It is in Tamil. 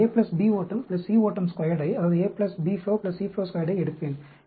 எனவே நான் A B ஓட்டம் C ஓட்டம் ஸ்கொயர்டை A B flow C flow squared எடுப்பேன்